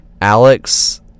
Alex